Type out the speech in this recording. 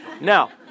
Now